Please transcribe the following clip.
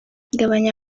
gabanya